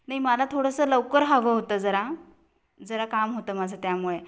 नाही मला थोडंसं लवकर हवं होतं जरा जरा काम होतं माझं त्यामुळे